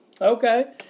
Okay